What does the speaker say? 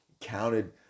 counted